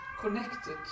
connected